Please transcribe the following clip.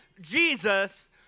Jesus